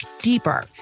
deeper